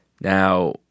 Now